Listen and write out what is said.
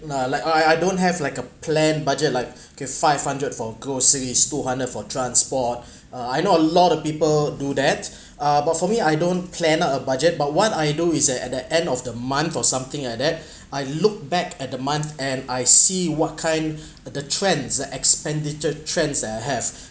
uh like I I I don't have like a planned budget like okay five hundred for groceries two hundred for transport uh I know a lot of people do that uh but for me I don't plan out a budget but what I do is that at the end of the month or something like that I look back at the month and I see what kind uh the trends the expenditure trends that I have